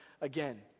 again